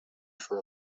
for